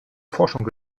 forschung